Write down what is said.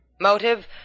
Motive